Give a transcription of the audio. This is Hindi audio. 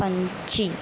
पंछी